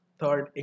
third